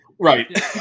Right